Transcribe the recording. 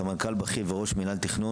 סמנכ"ל בכיר וראש מינהל בכיר.